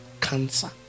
cancer